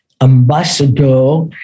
ambassador